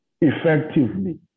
effectively